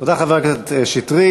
תודה, חבר הכנסת שטרית.